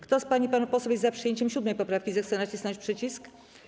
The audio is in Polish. Kto z pań i panów posłów jest za przyjęciem 7. poprawki, zechce nacisnąć przycisk.